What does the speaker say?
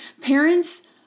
Parents